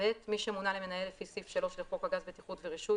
מי שמונה למנהל לפי סעיף 3 לחוק הגז (בטיחות ורישוי),